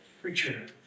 preacher